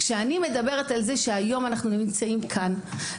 אני מדברת על זה שהיום אנחנו נמצאים כאן.